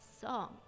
song